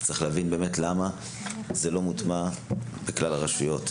צריך להבין למה זה לא מוטמע בכלל הרשויות.